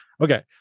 Okay